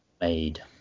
made